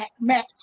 match